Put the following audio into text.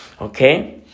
Okay